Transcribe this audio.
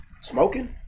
smoking